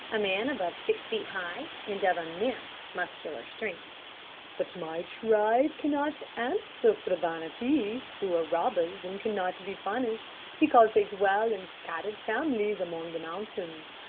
a man above six feet high, and of immense muscular strength but my tribe cannot answer for the banattees, who are robbers, and cannot be punished, because they dwell in scattered families among the mountains.